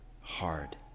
hard